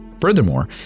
Furthermore